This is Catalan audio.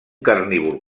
carnívor